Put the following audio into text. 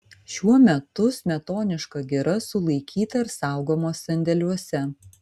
šiuo metu smetoniška gira sulaikyta ir saugoma sandėliuose